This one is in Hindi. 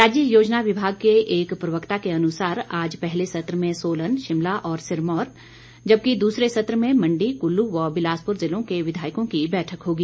राज्य योजना विभाग के एक प्रवक्ता के अनुसार आज पहले सत्र में सोलन शिमला और सिरमौर जबकि दूसरे सत्र में मंडी कुल्लू व बिलासपुर जिलों के विधायकों की बैठक होगी